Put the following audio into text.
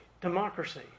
democracy